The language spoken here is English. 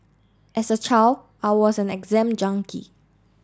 as a child I was an exam junkie